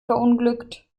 verunglückt